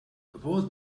what